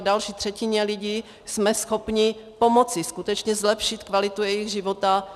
Další třetině lidí jsme schopni pomoci skutečně zlepšit kvalitu jejich života.